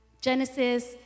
Genesis